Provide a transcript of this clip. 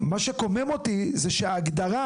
מה שקומם אותי זה שההגדרה: